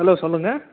hello சொல்லுங்கள்